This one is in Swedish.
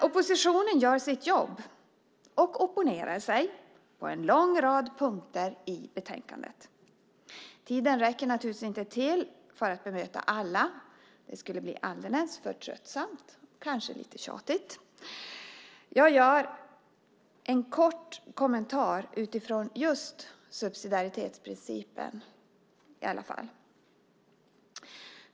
Oppositionen gör sitt jobb och opponerar sig på en lång rad punkter i betänkandet. Tiden räcker naturligtvis inte till för att bemöta alla. Det skulle bli alldeles för tröttsamt och kanske lite tjatigt. Jag ger i alla fall en kort kommentar utifrån just subsidiaritetsprincipen.